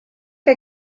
que